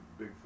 Bigfoot